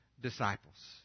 disciples